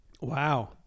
Wow